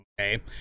Okay